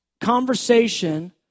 conversation